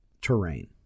terrain